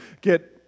get